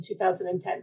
2010